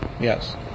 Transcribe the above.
Yes